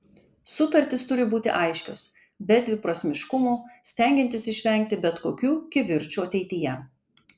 sutartys turi būti aiškios be dviprasmiškumų stengiantis išvengti bet kokių kivirčų ateityje